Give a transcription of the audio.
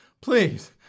please